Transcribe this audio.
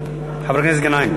בבקשה, חבר הכנסת גנאים.